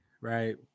Right